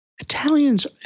Italians